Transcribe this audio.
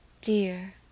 Dear